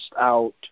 out